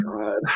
god